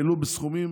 העלו בסכומים